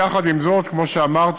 יחד עם זאת, כמו שאמרתי,